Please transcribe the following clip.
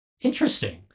interesting